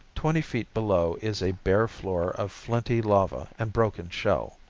twenty feet below is a bare floor of flinty lava and broken shell.